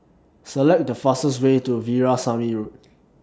Select The fastest Way to Veerasamy Road